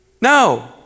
No